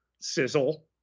sizzle